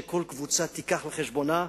שכל קבוצה תיקח לחשבונה,